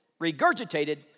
regurgitated